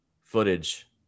footage